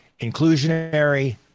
inclusionary